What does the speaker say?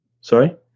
Sorry